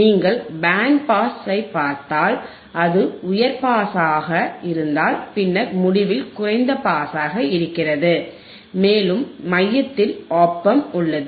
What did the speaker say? நீங்கள் பேண்ட் பாஸைப் பார்த்தால் அது உயர் பாஸாக இருந்தால் பின்னர் முடிவில் குறைந்த பாஸாக இருக்கிறது மேலும் மையத்தில் OP Amp உள்ளது